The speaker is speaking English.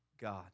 God